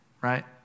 right